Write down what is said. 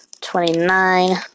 Twenty-nine